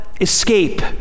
Escape